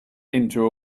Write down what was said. into